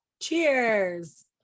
Cheers